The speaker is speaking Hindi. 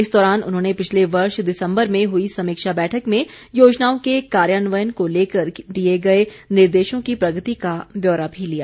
इस दौरान उन्होंने पिछले वर्ष दिसम्बर में हुई समीक्षा बैठक में योजनाओं के कार्यान्वयन को लेकर दिए गये निर्देशों की प्रगति का ब्यौरा भी लिया